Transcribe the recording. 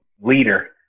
leader